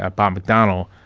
ah bob mcdonnell,